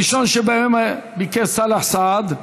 הראשון שבהם סאלח סעד.